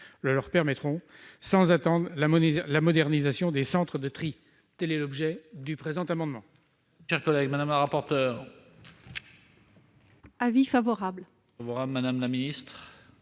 le leur permettront, sans attendre la modernisation des centres de tri. Tel est l'objet du présent amendement.